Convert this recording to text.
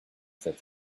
said